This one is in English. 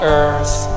earth